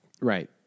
Right